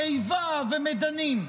איבה ומדנים,